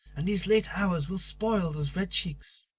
and these late hours will spoil those red cheeks.